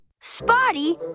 Spotty